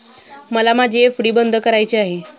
मला माझी एफ.डी बंद करायची आहे